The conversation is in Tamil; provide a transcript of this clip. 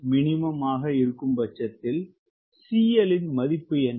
மினிமம் ஆகா இருக்கும் பட்சத்தில் CL இன் மதிப்பு என்ன